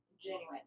genuine